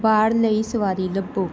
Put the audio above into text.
ਬਾਰ ਲਈ ਸਵਾਰੀ ਲੱਭੋ